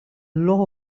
loro